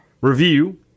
review